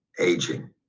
aging